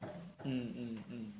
mm